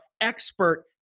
expert